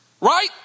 Right